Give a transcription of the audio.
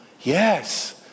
Yes